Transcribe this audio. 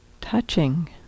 Touching